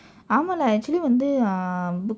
ஆமாம்:aamaam lah actually வந்து:vandthu um